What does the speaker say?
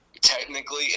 technically